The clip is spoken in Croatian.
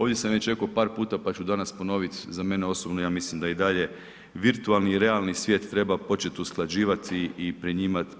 Ovdje sam već rekao par puta pa ću danas ponoviti, za mene osobno ja mislim da i dalje virtualni i realni svijet treba početi usklađivati i